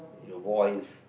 your voice